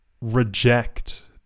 reject